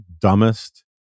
dumbest